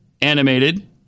animated